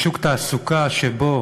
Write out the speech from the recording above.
בשוק תעסוקה שבו